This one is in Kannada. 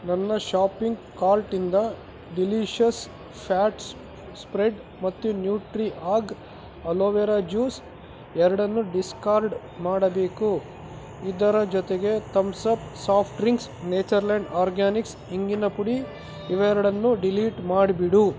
ನನ್ನ ಶಾಪಿಂಗ್ ಕಾರ್ಟಿಂದ ಡಿಲೀಶಸ್ ಫ್ಯಾಟ್ಸ್ ಸ್ಪ್ರೆಡ್ ಮತ್ತು ನ್ಯೂಟ್ರಿ ಆಗಿ ಅಲೊವೆರ ಜ್ಯೂಸ್ ಎರಡನ್ನೂ ಡಿಸ್ಕಾರ್ಡ್ ಮಾಡಬೇಕು ಇದರ ಜೊತೆಗೆ Thums Up soft drinks Nature Land Organics ಇಂಗಿನ ಪುಡಿ ಇವೆರಡನ್ನು ಡಿಲೀಟ್ ಮಾಡಿಬಿಡು